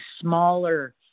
smaller